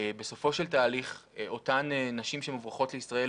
בסופו של תהליך אותן נשים שמוברחות לישראל